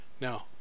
Now